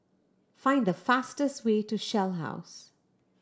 find the fastest way to Shell House